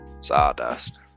Sawdust